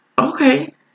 Okay